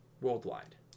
worldwide